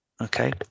Okay